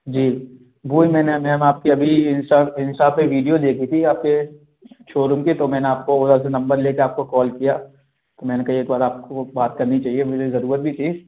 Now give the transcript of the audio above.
जी वही मैंने मैम आपकी अभी इंस्टा इंस्टा पर वीडियो देखी थी आपके शोरूम की तो मैंने आपको बोला कि नंबर ले कर आपको कॉल किया तो मैंने कही एक बार आपको बात करनी चाहिए मुझे ज़रूरत भी थी